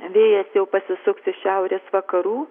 vėjas jau pasisuks iš šiaurės vakarų